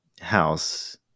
house